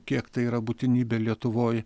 kiek tai yra būtinybė lietuvoj